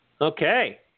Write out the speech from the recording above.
Okay